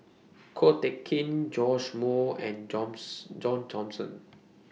Ko Teck Kin Joash Moo and Johns John Thomson